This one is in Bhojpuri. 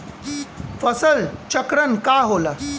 फसल चक्रण का होला?